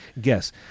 Guess